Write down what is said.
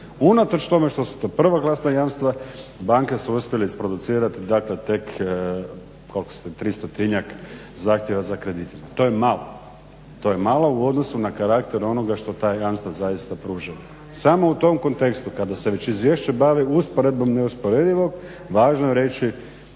Unatoč tome što su to …/Govornik se ne razumije./… jamstva banke su uspjele isproducirati dakle tek, 300tinjak zahtjeva za kreditima. To je malo. To je malo u odnosu na karakter onoga što ta jamstva zaista pružaju. Samo u tom kontekstu kada se već izvješće bavi usporedbom neusporedivog važno je reći